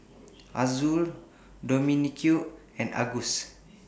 Azul Dominique and Angus